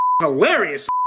hilarious